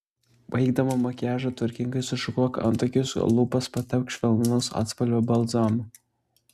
baigdama makiažą tvarkingai sušukuok antakius o lūpas patepk švelnaus atspalvio balzamu